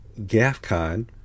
GAFCON